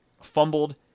fumbled